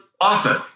often